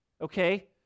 Okay